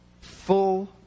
full